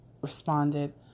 responded